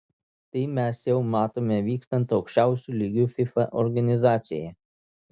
tai mes jau matome vykstant aukščiausiu lygiu fifa organizacijoje